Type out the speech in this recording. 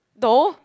no